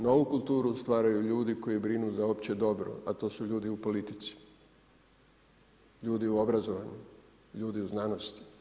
Novu kulturu stvaraju ljudi koji brinu za opće dobro a to su ljudi u politici, ljudi u obrazovanju, ljudi u znanosti.